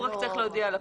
הוא רק צריך להודיע כי